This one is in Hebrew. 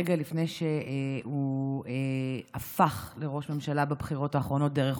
רגע לפני שהוא הפך לראש ממשלה בבחירות האחרונות דרך